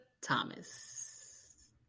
Thomas